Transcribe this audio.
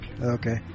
Okay